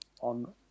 on